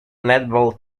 netball